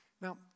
Now